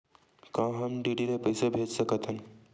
का हम डी.डी ले पईसा भेज सकत हन?